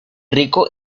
rico